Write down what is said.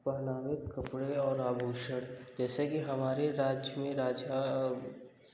पहनावे कपड़े और आभूषण जैसे कि हमारे राज्य में राझा और